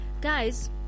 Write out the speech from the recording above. guys